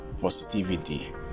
positivity